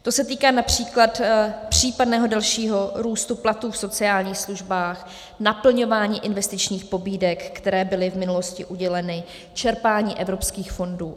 To se týká například případného dalšího růstu platů v sociálních službách, naplňování investičních pobídek, které byly v minulosti uděleny, čerpání evropských fondů atd.